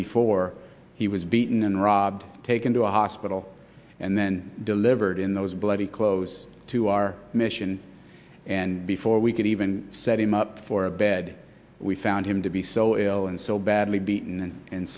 before he was beaten and robbed taken to a hospital and then delivered in those bloody clothes to our mission and before we could even set him up for a bed we found him to be so ill and so badly beaten and